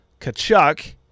kachuk